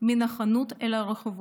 מן החנות אל הרחובות.